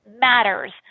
matters